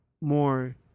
more